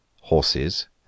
horses